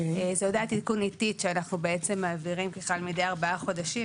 זאת הודעת עדכון עתית שאנחנו מעבירים ככלל מדי ארבעה חודשים,